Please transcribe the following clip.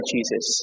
Jesus